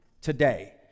today